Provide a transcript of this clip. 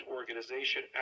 Organization